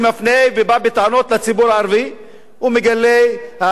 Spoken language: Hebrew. ובא בטענות לציבור הערבי מגלה צביעות,